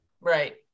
right